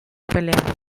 pelea